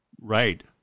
right